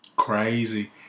Crazy